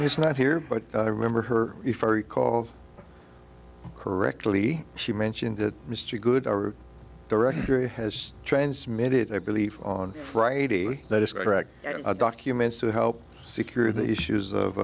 he's not here but i remember her if i recall correctly she mentioned that mr goodbar directory has transmitted i believe on friday that is correct documents to help secure the issues of